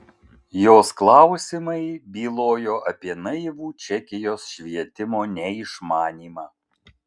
jos klausimai bylojo apie naivų čekijos švietimo neišmanymą